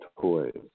toys